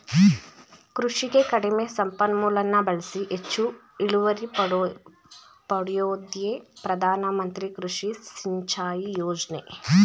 ಕೃಷಿಗೆ ಕಡಿಮೆ ಸಂಪನ್ಮೂಲನ ಬಳ್ಸಿ ಹೆಚ್ಚು ಇಳುವರಿ ಪಡ್ಯೋದೇ ಪ್ರಧಾನಮಂತ್ರಿ ಕೃಷಿ ಸಿಂಚಾಯಿ ಯೋಜ್ನೆ